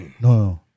no